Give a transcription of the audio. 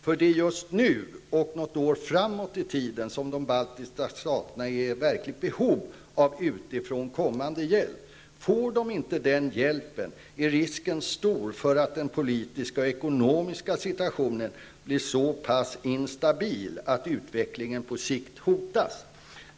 För det är just nu, och något år framåt i tiden, som de baltiska staterna är i ett verkligt behov av utifrån kommande hjälp. Får de inte den hjälpen, är risken stor för att den politiska och ekonomiska situationen blir så pass instabil att utvecklingen på sikt hotas.''